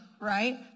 right